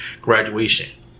Graduation